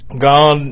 God